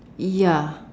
ya